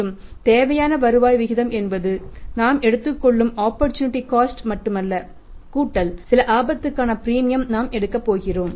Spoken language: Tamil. மற்றும் தேவையான வருவாய் விகிதம் என்பது நாம் எடுத்துக்கொள்ளும் ஆப்பர்சூனிட்டி காஸ்ட் மட்டுமல்ல கூட்டல் சில ஆபத்துக்கான பிரீமியம் நாம் எடுக்க போகிறோம்